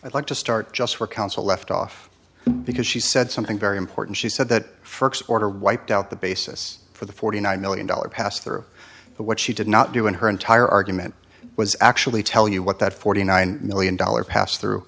i'd like to start just for counsel left off because she said something very important she said that for order wiped out the basis for the forty nine million dollar pastor but what she did not do in her entire argument was actually tell you what that forty nine million dollars passthrough